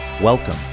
Welcome